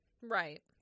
Right